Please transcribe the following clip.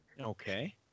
Okay